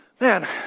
man